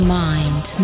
mind